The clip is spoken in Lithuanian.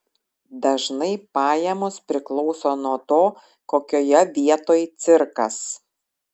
dažnai pajamos priklauso nuo to kokioje vietoj cirkas